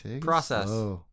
Process